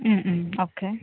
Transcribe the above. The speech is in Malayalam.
ഉം ഉം ഓക്കെ